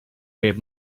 bit